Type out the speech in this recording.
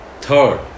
Third